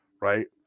Right